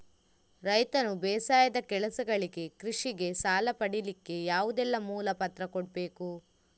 ರೈತನು ಬೇಸಾಯದ ಕೆಲಸಗಳಿಗೆ, ಕೃಷಿಗೆ ಸಾಲ ಪಡಿಲಿಕ್ಕೆ ಯಾವುದೆಲ್ಲ ಮೂಲ ಪತ್ರ ಕೊಡ್ಬೇಕು?